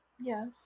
Yes